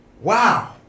Wow